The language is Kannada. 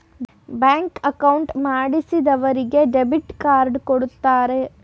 ಬ್ಯಾಂಕ್ ಅಕೌಂಟ್ ಮಾಡಿಸಿದರಿಗೆ ಡೆಬಿಟ್ ಕಾರ್ಡ್ ಕೊಡ್ತಾರೆ